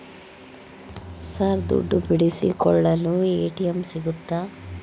Sir ದುಡ್ಡು ಬಿಡಿಸಿಕೊಳ್ಳಲು ATM ಸಿಗುತ್ತಾ?